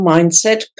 Mindset